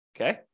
Okay